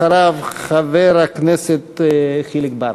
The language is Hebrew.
אחריו, חבר הכנסת חיליק בר.